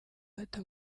bata